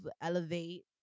elevate